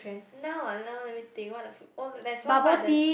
now ah now let me think what other food oh there's one pardon